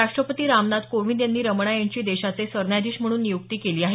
राष्ट्रपती रामनाथ कोविंद यांनी रमणा यांची देशाचे सरन्यायाधीश म्हणून नियुक्ती केली आहे